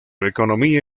economía